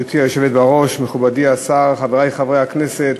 גברתי היושבת-ראש, מכובדי השר, חברי חברי הכנסת,